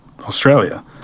Australia